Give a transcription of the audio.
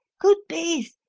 good biz!